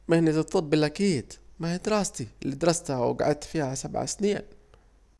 مهنة الطب الاكيد، ماهي دراستي الي درستها وجعدت فيها سبعة سنين